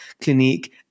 Clinique